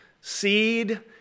seed